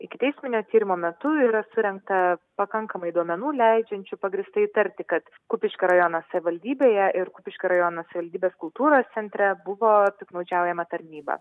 ikiteisminio tyrimo metu yra surinkta pakankamai duomenų leidžiančių pagrįstai įtarti kad kupiškio rajono savivaldybėje ir kupiškio rajono savivaldybės kultūros centre buvo piktnaudžiaujama tarnyba